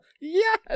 Yes